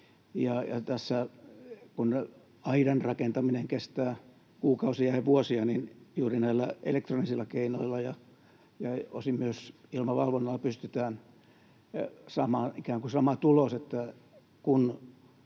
Kun aidan rakentaminen kestää kuukausia ja vuosia, niin juuri näillä elektronisilla keinoilla ja osin myös ilmavalvonnalla pystytään saamaan ikään kuin sama tulos: kun